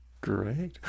Great